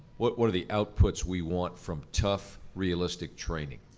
what what are the outputs we want from tough, realistic training?